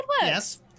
Yes